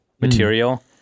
material